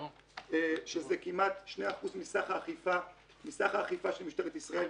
שזה כ-2% מסך האכיפה של משטרת ישראל,